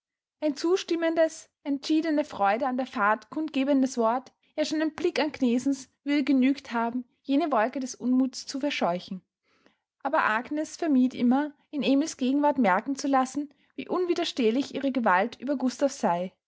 ein zustimmendes entschiedene freude an der fahrt kundgebendes wort ja schon ein blick agnesens würde genügt haben jene wolke des unmuthes zu verscheuchen aber agnes vermied immer in emil's gegenwart merken zu lassen wie unwiderstehlich ihre gewalt über gustav sei